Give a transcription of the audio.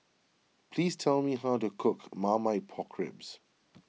please tell me how to cook Marmite Pork Ribs